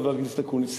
חבר הכנסת אקוניס.